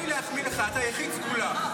אדוני, תן לי להחמיא לך, אתה יחיד סגולה.